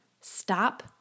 stop